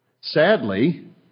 Sadly